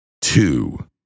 two